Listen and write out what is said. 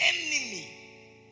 enemy